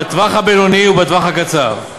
בטווח הבינוני ובטווח הקצר.